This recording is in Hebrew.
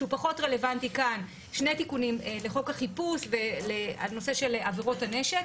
שהוא פחות רלוונטי כאן: שני תיקונים לחוק החיפוש והנושא של עבירות הנשק.